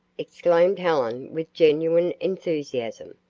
exclaimed helen with genuine enthusiasm.